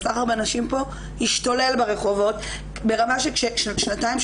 הסחר בנשים פה השתולל ברחובות ברמה ששנתיים,